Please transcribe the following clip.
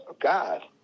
God